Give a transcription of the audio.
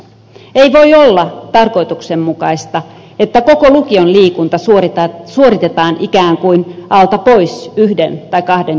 ei voi olla tarkoituksenmukaista että koko lukion liikunta suoritetaan ikään kuin alta pois yhden tai kahden jakson aikana